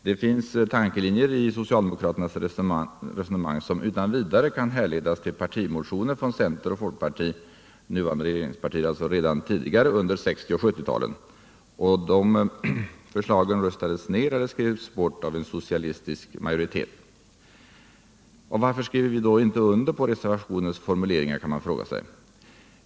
Det finns i socialdemokraternas resonemang tankelinjer som utan vidare kan härledas vill partimotioner från center och folkparti — nuvarande regeringspartier, alltså — redan under 1960 och 1970-talen. Dessa förslag röstades ner eller ”skrevs bort” av en socialistisk majoritet. Varför skriver vi då inte under på reservationens-formuleringar, kan man kanske fråga sig.